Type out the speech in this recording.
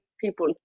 people